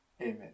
Amen